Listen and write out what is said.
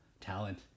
talent